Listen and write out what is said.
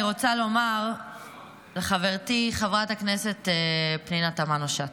אני רוצה לומר לחברתי חברת הכנסת פנינה תמנו שטה: